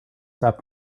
stop